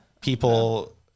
people